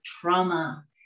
trauma